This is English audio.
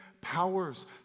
powers